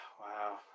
Wow